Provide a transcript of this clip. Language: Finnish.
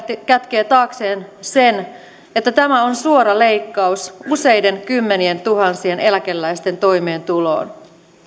kätkee taakseen sen että tämä on suora leikkaus useiden kymmenientuhansien eläkeläisten toimeentuloon